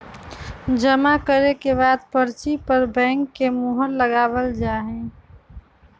जमा करे के बाद पर्ची पर बैंक के मुहर लगावल जा हई